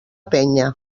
penya